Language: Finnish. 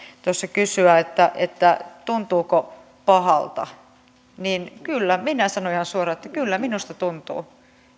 tuossa kysyä että että tuntuuko pahalta niin kyllä minä sanon ihan suoraan että kyllä minusta tuntuu